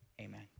amen